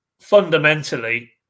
fundamentally